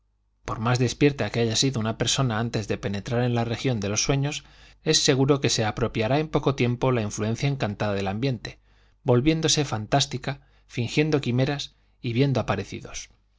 por más despierta que haya sido una persona antes de penetrar en la región de los sueños es seguro que se apropiará en poco tiempo la influencia encantada del ambiente volviéndose fantástica fingiendo quimeras y viendo aparecidos